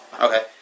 Okay